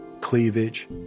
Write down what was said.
cleavage